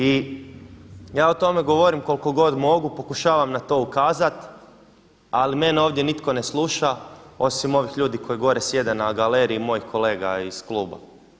I ja o tome govorim koliko god mogu, pokušavam na to ukazati ali mene ovdje nitko ne sluša osim ovih ljudi koji gore sjede na galeriji, mojih kolega iz kluba.